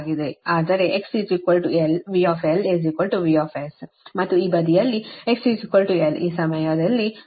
ಅಂದರೆ x l V VS ಮತ್ತು ಈ ಬದಿಯಲ್ಲಿ x l ಈ ಸಮಯದಲ್ಲಿ Iವು IS ಗೆ ಸಮನಾಗಿರುತ್ತದೆ